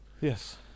Yes